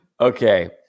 Okay